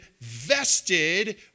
vested